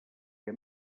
que